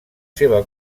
seva